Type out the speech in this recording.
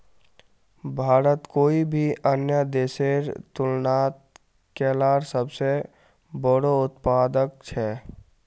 भारत कोई भी अन्य देशेर तुलनात केलार सबसे बोड़ो उत्पादक छे